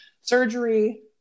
surgery